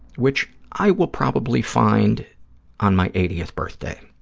which i will probably find on my eightieth birthday.